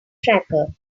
tracker